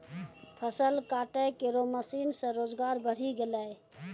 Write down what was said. फसल काटै केरो मसीन सें रोजगार बढ़ी गेलै